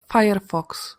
firefox